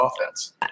offense